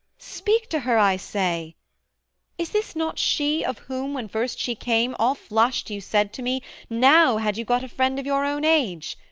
speak to her i say is this not she of whom, when first she came, all flushed you said to me now had you got a friend of your own age,